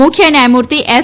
મુખ્ય ન્યાયમૂર્તિ એસ